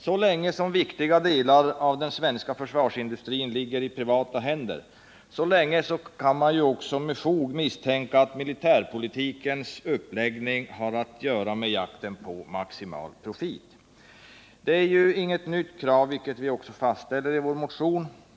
Så länge viktiga delar av den svenska försvarsindustrin ligger i privata händer, så länge kan man också med fog misstänka att militärpolitikens uppläggning har att göra med jakten på maximal profit. Det är inget nytt krav, vilket vi också fastställer i vår motion.